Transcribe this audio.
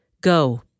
Go